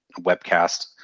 webcast